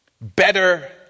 better